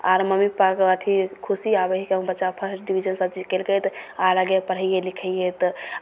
आओर मम्मी पप्पाके अथी खुशी आबै हिकै हमर बच्चा फस्र्ट डिवीजन सबचीज कएलकै तऽ आओर आगे पढ़ैए लिखैए तऽ